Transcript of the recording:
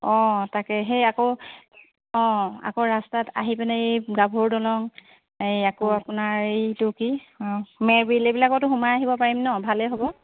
অঁ তাকে হেই আকৌ অঁ আকৌ ৰাস্তাত আহিপিনে এই গাভৰু দলং সেই আকৌ আপোনাৰ এইটো কি অঁ মেৰবিল এইবিলাকতো সোমাই আহিব পাৰিম ন' ভালেই হ'ব